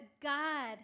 God